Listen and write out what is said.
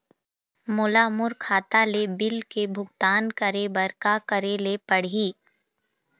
मोला मोर खाता ले बिल के भुगतान करे बर का करेले पड़ही ही?